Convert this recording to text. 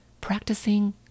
practicing